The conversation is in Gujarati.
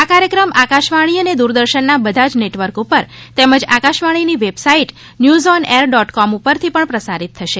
આ કાર્યક્રમ આકાશવાણી અને દૂરદર્શનના બધા જ નેટવર્ક ઉપર તેમજ આકાશવાણીની website news on air dot com પરથી પણ પ્રસારીત થશે